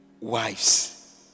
wives